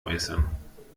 äußern